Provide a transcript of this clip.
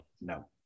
no